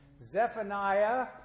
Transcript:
Zephaniah